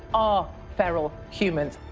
ah feral humans.